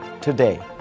today